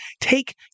take